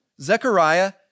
Zechariah